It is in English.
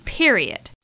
period